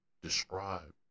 describe